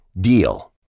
DEAL